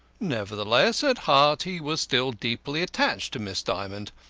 nevertheless, at heart he was still deeply attached to miss dymond.